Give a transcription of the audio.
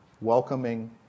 welcoming